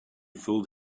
filled